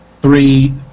Three